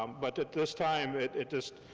um but at this time, it just,